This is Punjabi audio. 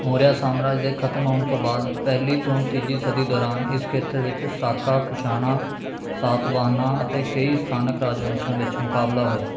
ਮੌਰੀਆ ਸਾਮਰਾਜ ਦੇ ਖ਼ਤਮ ਹੋਣ ਤੋਂ ਬਾਅਦ ਪਹਿਲੀ ਤੋਂ ਤੀਜੀ ਸਦੀ ਦੌਰਾਨ ਇਸ ਖੇਤਰ ਵਿੱਚ ਸਾਕਾ ਕੁਸ਼ਾਣਾਂ ਸਾਤਵਾਹਨਾਂ ਅਤੇ ਕਈ ਸਥਾਨਕ ਰਾਜਵੰਸ਼ਾਂ ਵਿੱਚ ਮੁਕਾਬਲਾ ਹੋਇਆ